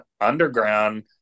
underground